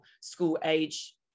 school-age